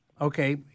Okay